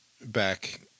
back